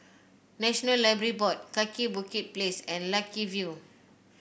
National Library Board Kaki Bukit Place and Lucky View